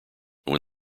when